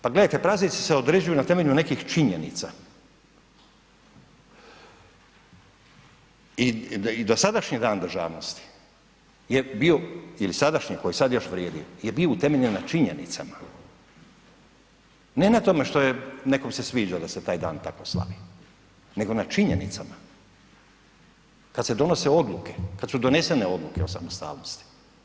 Pa gledajte praznici se određuju na temelju nekih činjenica i dosadašnji Dan državnosti je bio ili sadašnji koji sad još vrijedi je bio utemeljen na činjenicama ne na tome što je, nekom se sviđa da se taj dan tako slavi nego na činjenicama kada se donose odluke, kada su donesene odluke o samostalnosti.